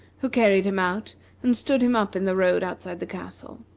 who carried him out and stood him up in the road outside the castle.